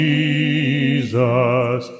Jesus